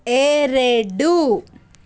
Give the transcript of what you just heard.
ಎರಡು